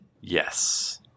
Yes